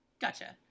Gotcha